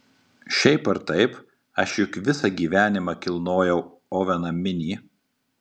šiaip ar taip aš juk visą gyvenimą kilnojau oveną minį